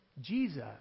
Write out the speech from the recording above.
Jesus